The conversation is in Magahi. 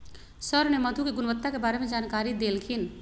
सर ने मधु के गुणवत्ता के बारे में जानकारी देल खिन